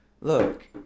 look